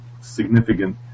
significant